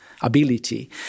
ability